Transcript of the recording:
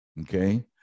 Okay